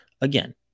again